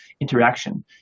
interaction